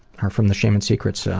are from the shame and secrets so